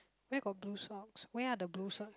where got blue socks where are the blue socks